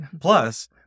plus